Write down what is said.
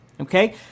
okay